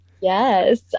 Yes